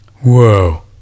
Whoa